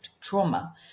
trauma